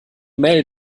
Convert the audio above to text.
mel